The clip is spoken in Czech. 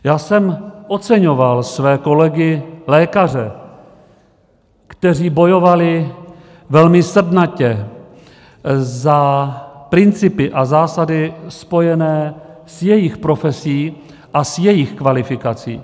Já jsem oceňoval své kolegy lékaře, kteří bojovali velmi srdnatě za principy a zásady spojené s jejich profesí a jejich kvalifikací.